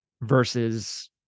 versus